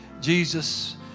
Jesus